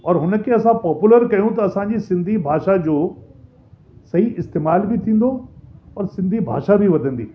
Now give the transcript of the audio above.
और हुनखे असां पोपुलर कयूं त असांजी सिंधी भाषा जो सही इस्तेमाल बि थींदो और सिंधी भाषा बि वधंदी